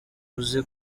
uzi